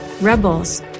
rebels